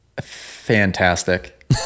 Fantastic